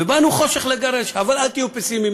ובאנו חושך לגרש, אבל אל תהיו פסימיים.